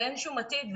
ואין שום עתיד,